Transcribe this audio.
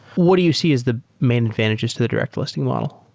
what do you see is the main advantages to the direct listing model?